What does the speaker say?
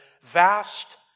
vast